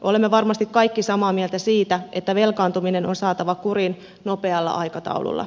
olemme varmasti kaikki samaa mieltä siitä että velkaantuminen on saatava kuriin nopealla aikataululla